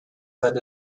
that